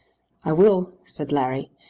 i will, said larry,